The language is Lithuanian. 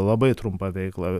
labai trumpą veiklą